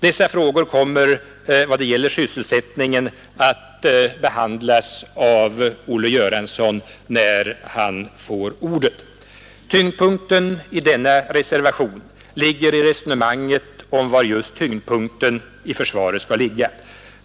Dessa frågor kommer i vad det gäller sysselsättningen att behandlas av Olle Göransson, när han får ordet. Tyngdpunkten i denna reservation ligger i resonemanget om var just tyngdpunkten i försvaret skall ligga.